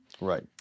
right